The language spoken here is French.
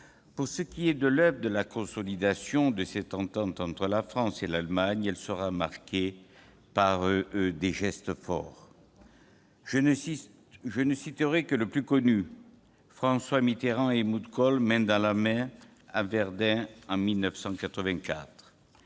Pour ce qui est, enfin, de l'oeuvre de consolidation de cette entente entre la France et l'Allemagne, elle fut marquée par des gestes forts. Je ne citerai que le plus connu : François Mitterrand et Helmut Kohl, main dans la main, à Verdun, en 1984.